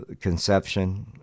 conception